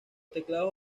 teclados